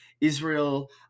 Israel